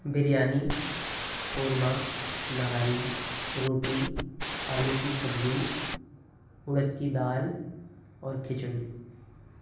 بریانی قورمہ نہاری روٹی آلو کی سبزی اڑد کی دال اور کھچڑی